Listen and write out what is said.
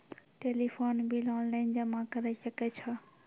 Telephone bill online जमा करै सकै छौ?